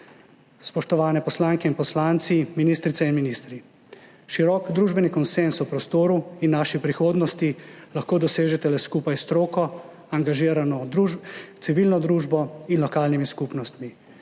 Spoštovane poslanke in poslanci, ministrice in ministri! Širok družbeni konsenz o prostoru in naši prihodnosti lahko dosežete le skupaj s stroko, angažirano civilno družbo in lokalnimi skupnostmi.